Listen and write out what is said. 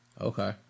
Okay